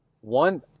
one